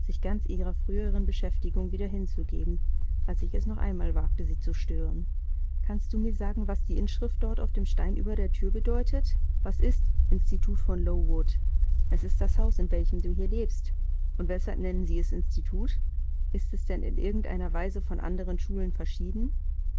sich ganz ihrer früheren beschäftigung wieder hinzugeben als ich noch einmal wagte sie zu stören kannst du mir sagen was die inschrift dort auf dem stein über der thür bedeutet was ist institut von lowood es ist das haus in welchem du hier lebst und weshalb nennen sie es institut ist es denn in irgend einer weise von anderen schulen verschieden